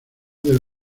del